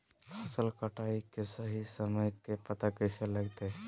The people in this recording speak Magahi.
फसल कटाई के सही समय के पता कैसे लगते?